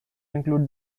include